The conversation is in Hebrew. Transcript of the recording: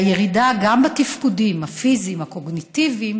גם הירידה בתפקודים הפיזיים והקוגניטיביים